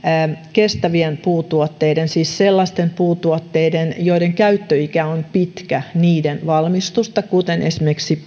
kestävien puutuotteiden siis sellaisten puutuotteiden joiden käyttöikä on pitkä valmistusta kuten esimerkiksi